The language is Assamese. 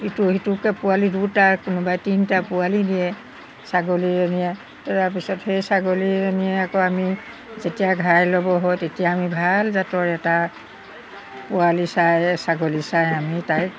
ইটো সিটোকৈ পোৱালি দুটা কোনোবাই তিনিটা পোৱালি দিয়ে ছাগলীজনীয়ে তাৰপিছত সেই ছাগলীজনী আকৌ আমি যেতিয়া ঘাই ল'ব হয় তেতিয়া আমি ভাল জাতৰ এটা পোৱালি চায় ছাগলী চাই আমি তাইক